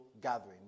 gathering